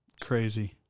Crazy